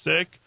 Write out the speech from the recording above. sick